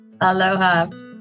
Aloha